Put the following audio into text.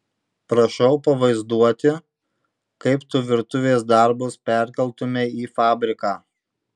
prašau pavaizduoti kaip tu virtuvės darbus perkeltumei į fabriką